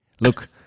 look